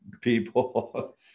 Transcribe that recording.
people